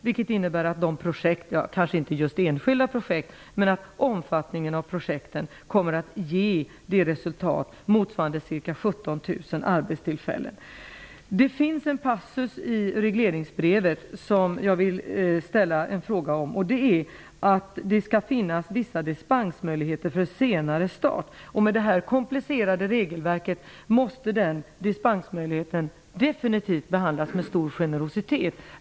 Det innebär att omfattningen av projekten -- kanske inte just enskilda projekt -- kommer att ge ett resultat motsvarande ca 17 000 arbetstillfällen. Det finns en passus i regleringsbrevet som jag vill ställa en fråga om. Det står att det skall finnas vissa dispensmöjligheter för senare start. Med detta komplicerade regelverk måste den dispensmöjligheten definitivt behandlas med stor generositet.